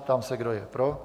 Ptám se, kdo je pro.